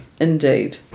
indeed